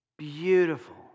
Beautiful